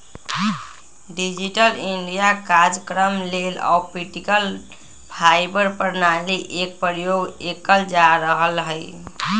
digital India काजक्रम लेल optical fibre प्रणाली एक प्रयोग कएल जा रहल हइ